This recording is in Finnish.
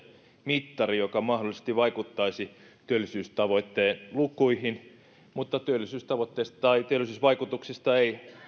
mittari joka mahdollisesti vaikuttaisi työllisyystavoitteen lukuihin mutta työllisyystavoitteesta tai työllisyysvaikutuksista ei